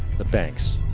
the banks.